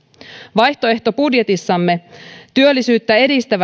vaihtoehtobudjetissamme työllisyyttä edistää